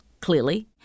clearly